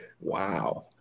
wow